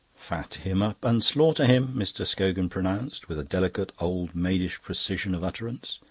fat him up and slaughter him, mr. scogan pronounced, with a delicate old-maidish precision of utterance.